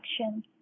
action